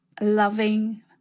loving